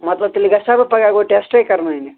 مطلب تیٚلہِ گَژھا بہٕ گۄڈٕ ٹٮ۪سٹَے کرناونہِ